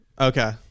Okay